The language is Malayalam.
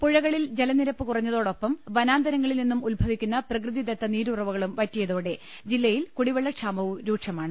പുഴകളിൽ ജലനിരപ്പ് കുറഞ്ഞതൊടൊപ്പം വനാന്തരങ്ങളിൽ നിന്നും ഉത്ഭവിക്കുന്ന പ്രകൃതിദത്ത നീരുറവകളും വറ്റിയതോടെ ജില്ലയിൽ കുടിവെളള ക്ഷാമവും രൂക്ഷമാണ്